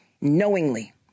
knowingly